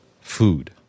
food